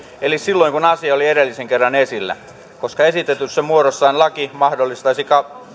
eli silloin kun asia oli edellisen kerran esillä koska esitetyssä muodossaan laki mahdollistaisi